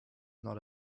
not